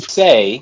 say